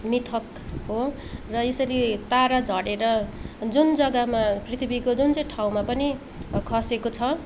मिथक हो र यसरी तारा झरेर जुन जग्गामा पृथ्वीको जुन चाहिँ ठाउँमा पनि खसेको छ